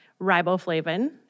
riboflavin